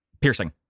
Piercing